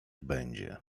będzie